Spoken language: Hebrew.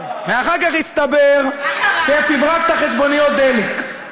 אחר כך הסתבר שפברקת חשבוניות דלק.